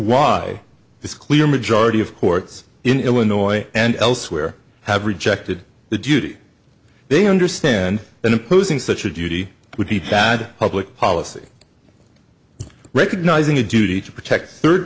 why this clear majority of courts in illinois and elsewhere have rejected the duty they understand and opposing such a duty would be bad public policy recognizing a duty to protect third